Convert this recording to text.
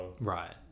Right